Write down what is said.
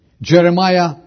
Jeremiah